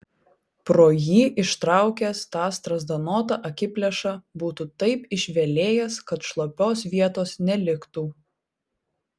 pro jį ištraukęs tą strazdanotą akiplėšą būtų taip išvelėjęs kad šlapios vietos neliktų